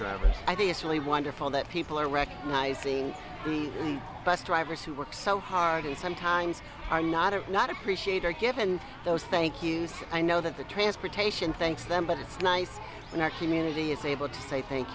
drivers i think it's really wonderful that people are recognizing the bus drivers who work so hard and sometimes are not or not appreciate or given those thank yous i know that the transportation thanks them but it's nice when our community is able to say thank